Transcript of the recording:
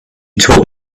taught